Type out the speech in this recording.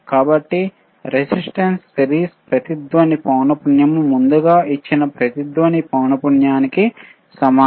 కాబట్టిరెసిస్టెన్స్ series resonant పౌనఃపుణ్యము ముందుగా ఇచ్చిన రెజోనెoట్ పౌనఃపుణ్యము కి సమానం